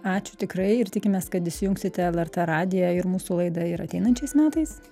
ačiū tikrai ir tikimės kad įsijungsite lrt radiją ir mūsų laidą ir ateinančiais metais